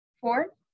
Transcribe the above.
Four